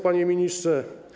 Panie Ministrze!